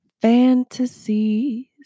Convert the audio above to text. fantasies